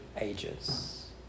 ages